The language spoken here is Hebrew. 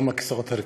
גם הכיסאות הריקים,